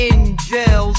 In-jail